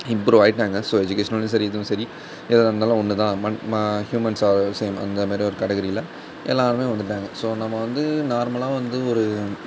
improve ஆயிட்டாங்க so எஜுகேஷன்லையும் சரி இதுவும் சரி எதுவாக இருந்தாலும் ஒன்றுதான் மன் ம ஹியூமன்ஸ் ஆர் சேம் அந்த மாதிரி ஒரு கேட்டகிரியில் எல்லோருமே வந்துட்டாங்க ஸோ நம்ம வந்து நார்மலாக வந்து ஒரு